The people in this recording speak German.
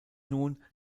nun